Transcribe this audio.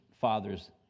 father's